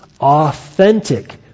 authentic